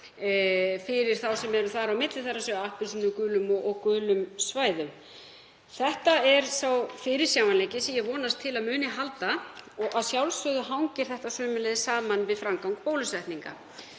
fyrir þá sem eru þar á milli, þ.e. á appelsínugulum og gulum svæðum. Þetta er sá fyrirsjáanleiki sem ég vonast til að muni halda og að sjálfsögðu hangir þetta sömuleiðis saman við framgang bólusetninga.